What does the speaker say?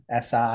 SI